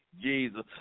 Jesus